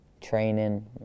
training